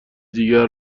دیگری